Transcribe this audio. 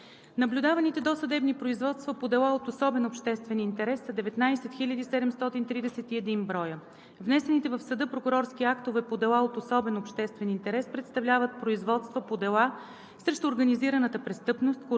Наблюдаваните досъдебни производства по дела от особен обществен интерес са 19 731 броя. Внесените в съда прокурорски актове по дела от особен обществен интерес представляват производства по дела срещу организираната престъпност, корупционни